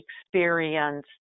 experience